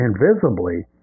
invisibly